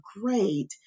great